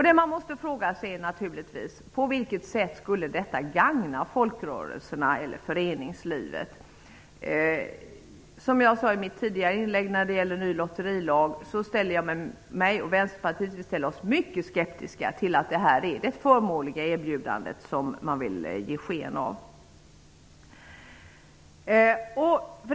Då måste man fråga sig: På vilket sätt skulle detta gagna folkrörelserna eller föreningslivet? Vi in Vänsterpartiet ställer oss mycket skeptiska till att det här är ett så förmånligt erbjudande som man vill ge sken av.